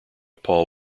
paul